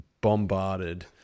bombarded